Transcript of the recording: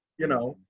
you know,